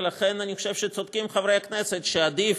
ולכן אני חושב שחברי הכנסת צודקים שעדיף,